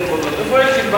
2011,